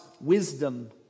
wisdom